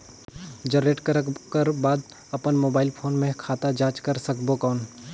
Generate करक कर बाद अपन मोबाइल फोन मे खाता जांच कर सकबो कौन?